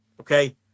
okay